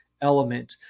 element